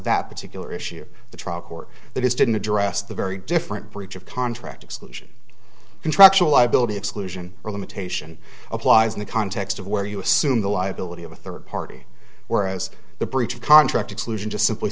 that particular issue the trial court that is didn't address the very different breach of contract exclusion contractual i build exclusion limitation applies in the context of where you assume the liability of a third party whereas the breach of contract exclusion just simply